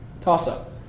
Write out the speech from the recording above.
Toss-up